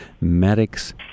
medics